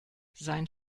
sein